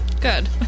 Good